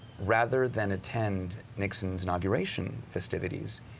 rather than attempt and nixon's inauguration festivities.